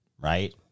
right